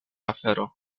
afero